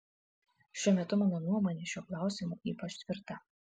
šiuo metu mano nuomonė šiuo klausimu ypač tvirta